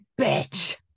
bitch